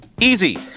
Easy